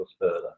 further